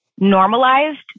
Normalized